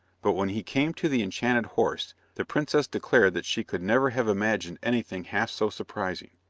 but when he came to the enchanted horse, the princess declared that she could never have imagined anything half so surprising.